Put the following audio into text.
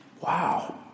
Wow